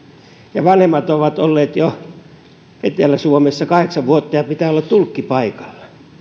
ja vanhemmat ovat olleet etelä suomessa jo kahdeksan vuotta ja pitää olla tulkki paikalla